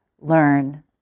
learn